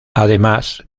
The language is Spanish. además